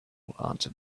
answered